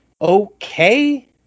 okay